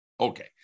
Okay